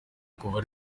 kuva